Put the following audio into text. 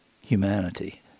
humanity